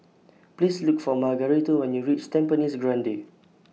Please Look For Margarito when YOU REACH Tampines Grande